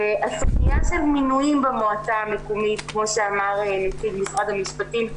הסוגיה של מינויים במועצה המקומית כמו שאמר נציג משרד המשפטים,